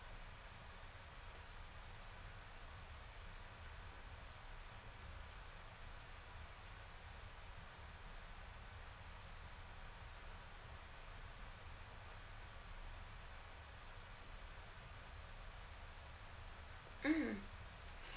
mm